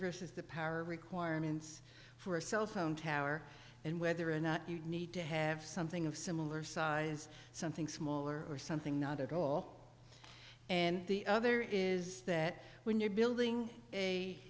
versus the power requirements for a cell phone tower and whether or not you need to have something of similar size something smaller or something not at all and the other is that when you're building a